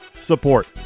Support